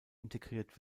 integriert